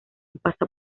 pasa